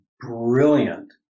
brilliant